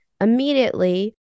immediately